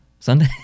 Sunday